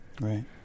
right